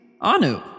Anu